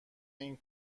این